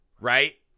Right